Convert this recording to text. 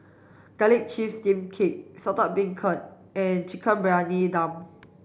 garlic chives steamed cake Saltish Beancurd and chicken Briyani Dum